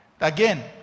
Again